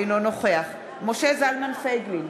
אינו נוכח משה זלמן פייגלין,